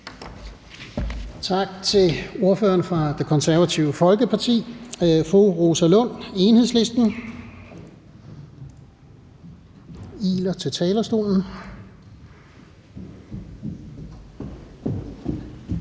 Tak til ordføreren fra Det Konservative Folkeparti. Fru Rosa Lund, Enhedslisten, iler til talerstolen.